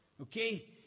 okay